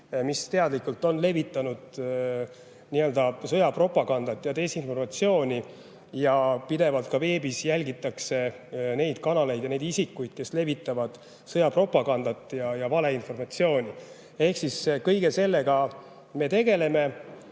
mis on teadlikult levitanud sõjapropagandat ja desinformatsiooni. Pidevalt jälgitakse ka veebis neid kanaleid ja neid isikuid, kes levitavad sõjapropagandat ja valeinformatsiooni. Ehk siis kõige sellega me tegeleme.